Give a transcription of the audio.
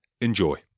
Enjoy